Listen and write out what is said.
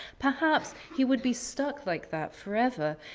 perhaps he would be stuck like that forever.